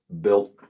built